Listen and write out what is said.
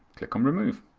click on remove.